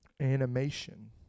animation